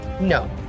No